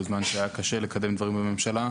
בזמן שהיה קשה לקדם דברים בממשלה.